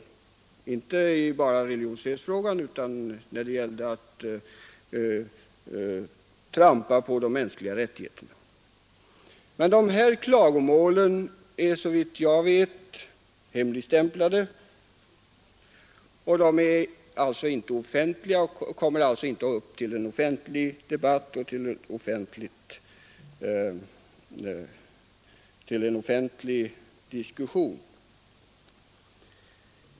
Dessa gällde inte bara religionsfrihetsfrågan, utan de gällde ett nedtrampande av de mänskliga rättigheterna. De kommer alltså inte upp till offentlig diskussion.